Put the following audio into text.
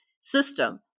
system